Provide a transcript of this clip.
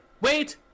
Wait